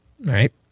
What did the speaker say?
Right